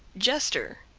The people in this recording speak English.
jester,